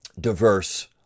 diverse